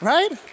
Right